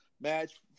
match